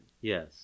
Yes